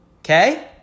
Okay